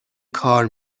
کار